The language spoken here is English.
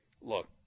look